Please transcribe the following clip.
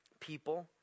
people